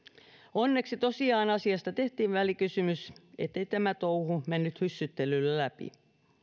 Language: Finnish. onneksi tosiaan asiasta tehtiin välikysymys ettei tämä touhu mennyt hyssyttelyllä läpi